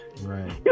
Right